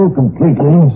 completely